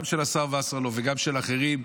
גם של השר וסרלאוף וגם של אחרים,